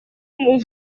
muri